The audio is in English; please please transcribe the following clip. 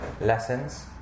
lessons